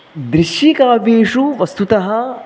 दृश्यकाव्येषु वस्तुतः